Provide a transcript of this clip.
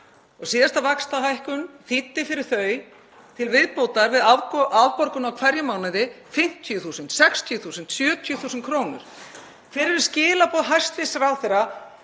og síðasta vaxtahækkun þýddi fyrir þau, til viðbótar við afborgun á hverjum mánuði, 50.000, 60.000, 70.000 kr.? Hver eru skilaboð hæstv. ráðherra